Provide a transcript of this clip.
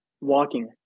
Walking